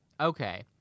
Okay